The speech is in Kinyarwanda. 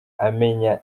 amenya